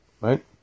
right